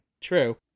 True